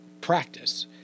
practice